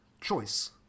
choice